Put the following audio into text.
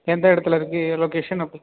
எந்த இடத்துல இருக்கு ஏ லொக்கேஷன் அப்